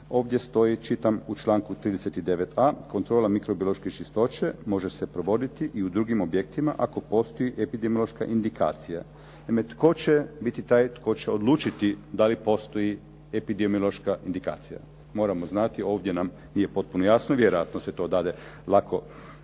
Ovdje stoji čitam u članku 39.a "Kontrola mikrobiološke čistoće može se provoditi i u drugim objektima ako postoji epidemiološka indikacija.". Naime, tko će biti taj tko će odlučiti da li postoji epidemiološka indikacija. Moramo znati, ovdje nam nije potpuno jasno. Vjerojatno se to dade lako